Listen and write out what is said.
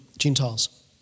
Gentiles